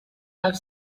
have